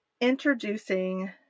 introducing